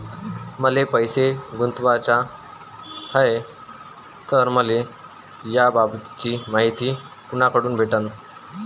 मले पैसा गुंतवाचा हाय तर मले याबाबतीची मायती कुनाकडून भेटन?